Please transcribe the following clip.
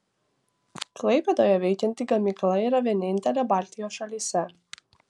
klaipėdoje veikianti gamykla yra vienintelė baltijos šalyse